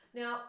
now